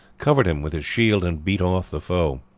covered him with his shield and beat off the foe.